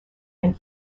and